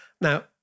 Now